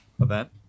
event